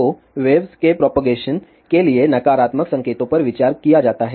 तो वेव्स के प्रोपगेशन के लिए नकारात्मक संकेतों पर विचार किया जाता है